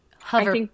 Hover